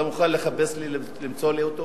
אתה מוכן למצוא לי אותו?